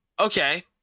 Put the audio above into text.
Okay